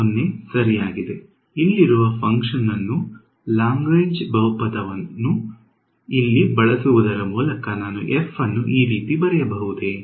0 ಸರಿಯಾಗಿದೆ ಇಲ್ಲಿರುವ ಫಂಕ್ಷನ್ ಅನ್ನು ಲಾಗ್ರೇಂಜ್ ಬಹುಪದವನ್ನು ಇಲ್ಲಿ ಬಳಸುವುದರ ಮೂಲಕ ನಾನು f ಅನ್ನು ಈ ರೀತಿ ಬರೆಯಬಹುದೇ